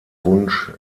wunsch